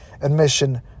admission